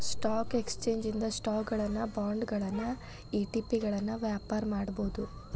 stock exchange ಇಂದ ಸ್ಟಾಕುಗಳನ್ನ ಬಾಂಡ್ಗಳನ್ನ ಇ.ಟಿ.ಪಿಗಳನ್ನ ವ್ಯಾಪಾರ ಮಾಡಬೋದು